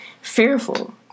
fearful